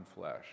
flesh